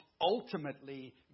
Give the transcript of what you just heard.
ultimately